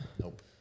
Nope